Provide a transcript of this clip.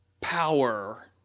Power